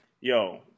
Yo